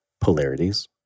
polarities